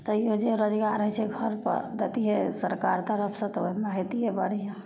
तैओ जे रोजगार होइ छै घरपर देतिए सरकार तरफसे तऽ ओहिमे होतिए बढ़िआँ